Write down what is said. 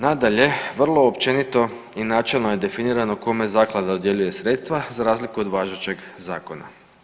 Nadalje, vrlo općenito i načelno je definirano kome naknada dodjeljuje sredstva za razliku od važećeg zakona.